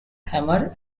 hamer